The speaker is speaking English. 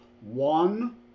One